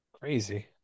Crazy